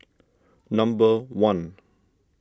number one